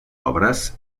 obres